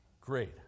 Great